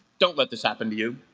don't let this happen to you